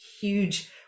huge